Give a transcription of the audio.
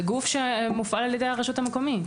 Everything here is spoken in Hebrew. זה גוף שמופעל על ידי הרשות המקומית.